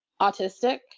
autistic